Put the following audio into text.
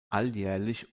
alljährlich